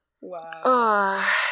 Wow